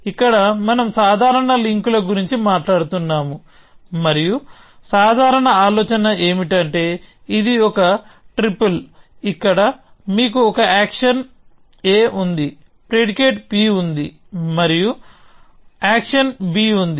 ఇక్కడ మనం సాధారణ లింకుల గురించి మాట్లాడుతున్నాము మరియు సాధారణ ఆలోచన ఏమిటంటే ఇది ఒక ట్రిపుల్ ఇక్కడ మీకు ఒక యాక్షన్ a ఉంది ప్రిడికేట్ p ఉంది మరియు యాక్షన్ b ఉంది